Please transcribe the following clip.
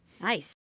Nice